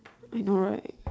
you know right